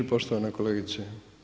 Poštovana kolegice.